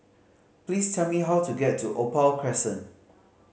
please tell me how to get to Opal Crescent